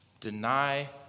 deny